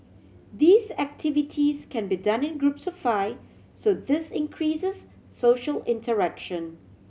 these activities can be done in groups of five so this increases social interaction